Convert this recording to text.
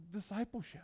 discipleship